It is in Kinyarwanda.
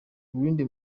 uwundi